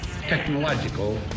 technological